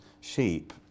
sheep